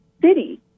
city